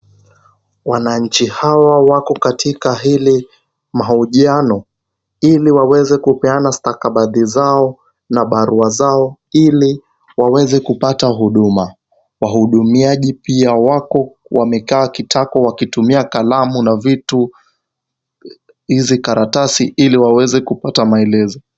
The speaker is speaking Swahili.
Wananchi hawa wako katika hili mahojiano ili waweze kupeana stakabadhi zao na barua zao ili waweze kupata huduma. Wahudumuaji pia wako wamekaa kitako wakitumia kalamu na vitu ivi karatasi ili waweze kupata maelezo.